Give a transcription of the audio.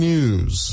News